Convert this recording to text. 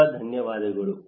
ತುಂಬ ಧನ್ಯವಾದಗಳು